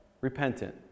repentant